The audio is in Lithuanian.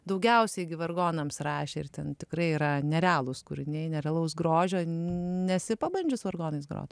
daugiausiai gi vargonams rašė ir ten tikrai yra nerealūs kūriniai nerealaus grožio nesi pabandžius vargonais grot